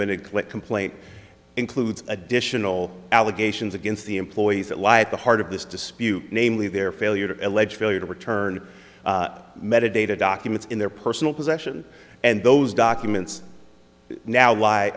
minute clip complaint includes additional allegations against the employees that lie at the heart of this dispute namely their failure to allege failure to return metadata documents in their personal possession and those documents now why